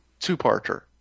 two-parter